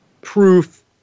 proof